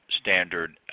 standard